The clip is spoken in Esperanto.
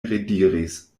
rediris